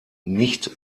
nicht